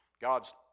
god's